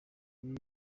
ibi